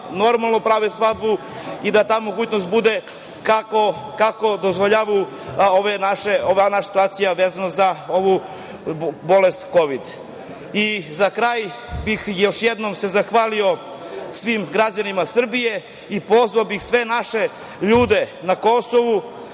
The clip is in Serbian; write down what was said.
normalno da prave svadbu i da ta mogućnost bude kako dozvoljavaju ove naša situacija vezana za ovu bolest kovid.I za kraj bih se još jednom zahvalio svim građanima Srbije i pozvao bih sve naše ljude na Kosovu